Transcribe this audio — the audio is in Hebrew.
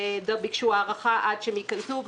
וביקשו הארכה עד שהם ייכנסו.